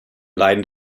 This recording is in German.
leiden